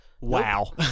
Wow